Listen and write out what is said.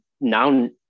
now